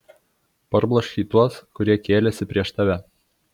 parbloškei tuos kurie kėlėsi prieš tave